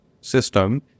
system